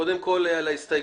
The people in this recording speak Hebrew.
קודם כול נצביע על ההסתייגות.